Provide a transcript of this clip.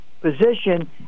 position